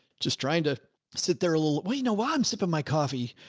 just trying to sit there a little while, you know, while i'm sipping my coffee.